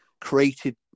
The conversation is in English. created